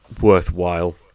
worthwhile